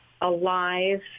alive